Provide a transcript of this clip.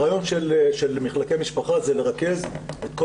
הרעיון של מחלקי משפחה זה לרכז את כל